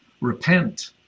Repent